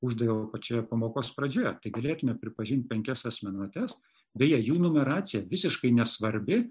uždaviau pačioje pamokos pradžioje tai galėtume pripažint penkias asmenuotes beje jų numeracija visiškai nesvarbi